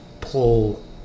pull